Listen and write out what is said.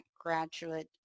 graduate